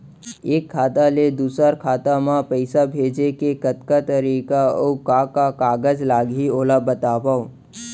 एक खाता ले दूसर खाता मा पइसा भेजे के कतका तरीका अऊ का का कागज लागही ओला बतावव?